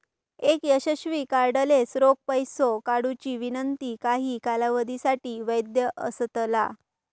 एक यशस्वी कार्डलेस रोख पैसो काढुची विनंती काही कालावधीसाठी वैध असतला